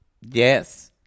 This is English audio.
yes